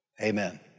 Amen